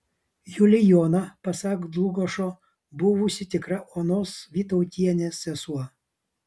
julijona pasak dlugošo buvusi tikra onos vytautienės sesuo